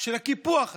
שהקיפוח הזה,